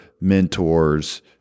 mentors